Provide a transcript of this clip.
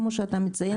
כפי שאתה מציין,